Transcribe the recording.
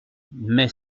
mais